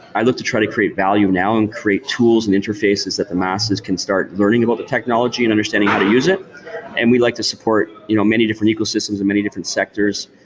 i look to try to create value now and create tools and interfaces that the masses can start learning about the technology and understanding how to use it we like to support you know many different ecosystems and many different sectors.